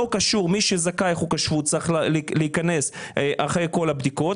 מי שזכאי לחוק השבות צריך להיכנס אחרי כל הבדיקות,